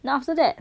then after that